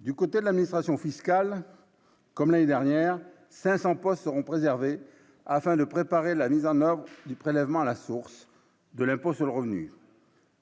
Du côté de l'administration fiscale, comme l'année dernière 500 postes seront préservés, afin de préparer la mise en demeure du prélèvement à la source de l'impôt sur le revenu,